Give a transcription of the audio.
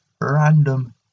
random